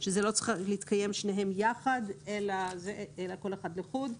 שלא צריכות להתקיים שתיהן יחד אלא כל אחת לחוד.